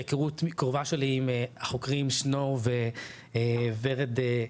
היכרות קרובה שלי עם החוקרים שנאור וורד ברגמן,